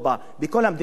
בכל המדינות האלה.